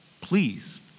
please